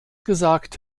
gesagt